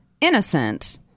innocent